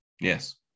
yes